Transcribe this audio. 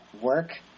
work